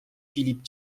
filip